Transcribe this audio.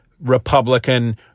Republican